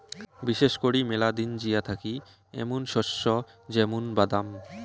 বিশেষ করি মেলা দিন জিয়া থাকি এ্যামুন শস্য য্যামুন বাদাম